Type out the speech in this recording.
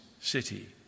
city